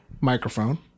microphone